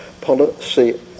policy